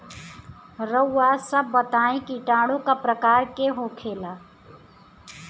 रउआ सभ बताई किटाणु क प्रकार के होखेला?